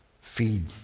feed